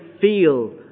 feel